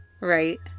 Right